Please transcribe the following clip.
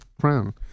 Crown